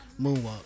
moonwalk